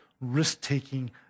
risk-taking